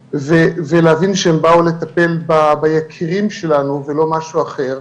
ולהבין שהם באו לטפל ביקירים שלנו ולא משהו אחר,